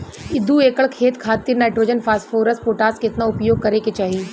दू एकड़ खेत खातिर नाइट्रोजन फास्फोरस पोटाश केतना उपयोग करे के चाहीं?